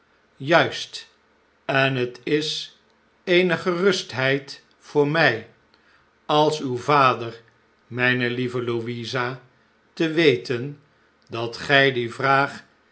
juist en het is eene gerustheid voor mij als uw vader mijne lieve louisa te weten dat gij die vraag